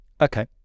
okay